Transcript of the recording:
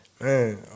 Man